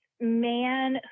man